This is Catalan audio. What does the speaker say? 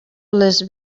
les